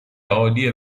عالی